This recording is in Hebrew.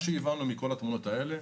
מה שהבנו מהאירועים האלה,